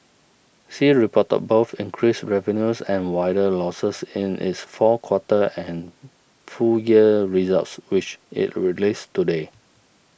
sea reported both increased revenues and wider losses in its fourth quarter and full year results which it released today